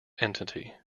entity